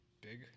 Big